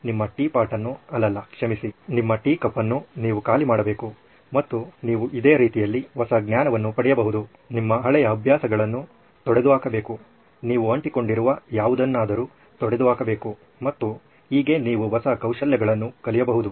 ನಿಮ್ಮ ಟೀ ಪಾಟನ್ನೂ ಅಲ್ಲಲ್ಲ ಕ್ಷಮಿಸಿ ನಿಮ್ಮ ಟೀ ಕಪ್ ಅನ್ನು ನೀವು ಖಾಲಿ ಮಾಡಬೇಕು ಮತ್ತು ನೀವು ಇದೇ ರೀತಿಯಲ್ಲಿ ಹೊಸ ಜ್ಞಾನವನ್ನು ಪಡೆಯಬಹುದು ನಿಮ್ಮ ಹಳೆಯ ಅಭ್ಯಾಸಗಳನ್ನು ತೊಡೆದುಹಾಕಬೇಕು ನೀವು ಅಂಟಿಕೊಂಡಿರುವ ಯಾವುದನ್ನಾದರೂ ತೊಡೆದುಹಾಕಬೇಕು ಮತ್ತು ಹೀಗೆ ನೀವು ಹೊಸ ಕೌಶಲ್ಯಗಳನ್ನು ಕಲಿಯಬಹುದು